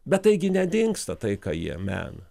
bet taigi nedingsta tai ką jie mena